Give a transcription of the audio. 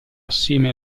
assieme